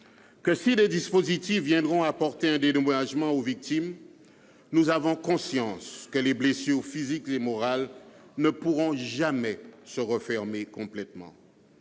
même si des dispositifs viendront apporter un dédommagement aux victimes, nous avons conscience que les blessures physiques et morales ne pourront jamais se refermer complètement.